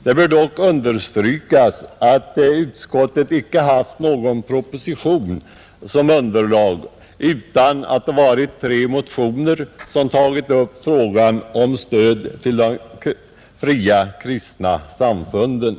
Det bör dock understrykas att utskottet icke haft någon proposition som underlag utan att det varit tre motioner som tagit upp frågan om stöd till de fria kristna samfunden.